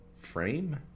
frame